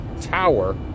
tower